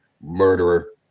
murderer